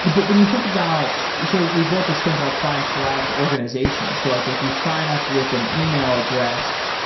but when you think about so we built this thing called findcollabs organization. so like if you sign up with an email address,